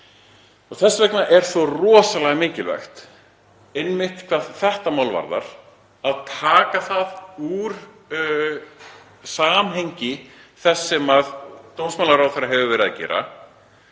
Þess vegna er svo rosalega mikilvægt, einmitt hvað þetta mál varðar, að taka það úr samhengi þess sem dómsmálaráðherra hefur verið að gera